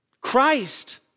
Christ